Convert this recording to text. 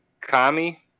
Kami